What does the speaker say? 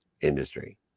industry